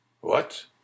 What